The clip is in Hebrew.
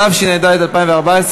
התשע"ד 2014,